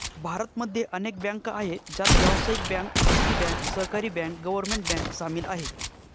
भारत मध्ये अनेक बँका आहे, ज्यात व्यावसायिक बँक, खाजगी बँक, सहकारी बँक, गव्हर्मेंट बँक सामील आहे